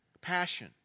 Passion